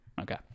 Okay